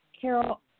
Carol